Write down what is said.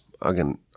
Again